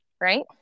right